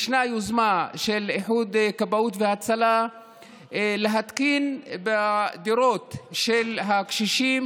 ישנה יוזמה של איחוד כבאות והצלה להתקין בדירות של הקשישים,